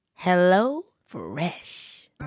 HelloFresh